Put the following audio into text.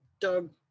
Doug